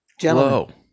Gentlemen